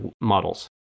models